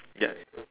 yup